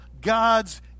God's